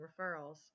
referrals